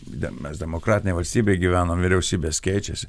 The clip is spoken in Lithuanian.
de mes demokratinėj valstybėj gyvenam vyriausybės keičiasi